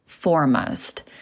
foremost